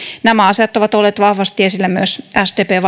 nämä asiat ovat olleet vahvasti esillä myös sdpn